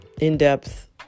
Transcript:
in-depth